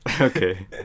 Okay